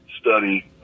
study